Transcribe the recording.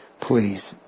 Please